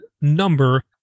number